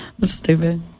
Stupid